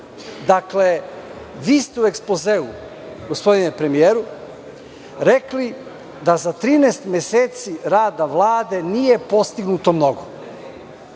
vi ste u ekspozeu, gospodine premijeru rekli da za 13 meseci rada Vlade nije postignuto mnogo